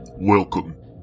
Welcome